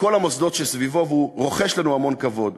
בכל המוסדות שמסביבו, והוא רוחש לנו הרבה כבוד.